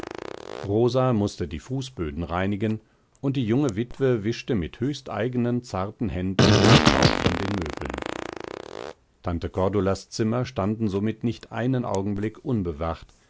rosa mußte die fußböden reinigen und die junge witwe wischte mit höchsteigenen zarten händen den staub von den möbeln tante cordulas zimmer standen somit nicht einen augenblick unbewacht